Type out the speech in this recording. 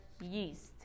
yeast